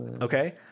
Okay